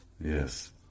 Yes